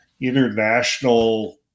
international